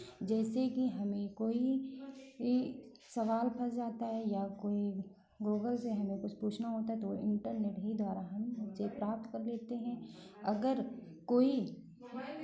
जैसे कि हमें कोई ये सवाल फँस जाता है या कोई गूगल से हमें कुछ पूछना होता है तो इंटरनेट ही द्वारा हम ये प्राप्त कर लेते हैं अगर कोई